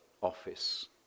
office